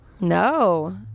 no